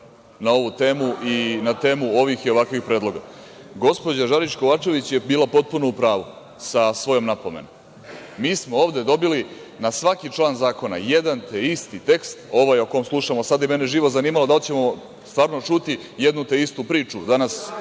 na ovu temu i na temu ovih i ovakvih predloga. Gospođa Žarić Kovačević je bila potpuno u pravu sa svojom napomenom. Mi smo ovde na svaki član zakona dobili jedan te isti tekst, ovaj o kom slušamo. Sada bi mene živo zanimalo da li ćemo danas čuti jednu te istu priču danas